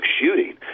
shooting